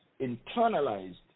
internalized